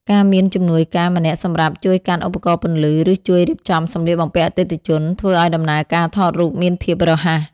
ការមានជំនួយការម្នាក់សម្រាប់ជួយកាន់ឧបករណ៍ពន្លឺ ឬជួយរៀបចំសម្លៀកបំពាក់អតិថិជន ធ្វើឱ្យដំណើរការថតរូបមានភាពរហ័ស។